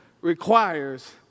requires